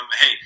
hey